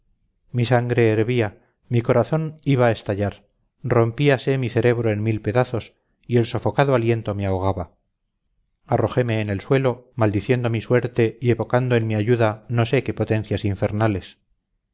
mi sangre hervía mi corazón iba a estallar rompíase mi cerebro en mil pedazos y el sofocado aliento me ahogaba arrojeme en el suelo maldiciendo mi suerte y evocando en mi ayuda no sé qué potencias infernales